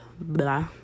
blah